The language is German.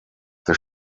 das